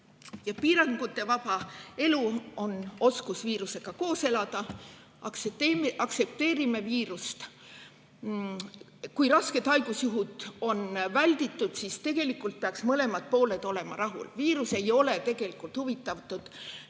päriselus. Piirangutevaba elu on oskus viirusega koos elada. Aktsepteerime viirust! Kui rasked haigusjuhud on välditud, siis tegelikult peaks mõlemad pooled olema rahul. Viirus ei ole tegelikult huvitatud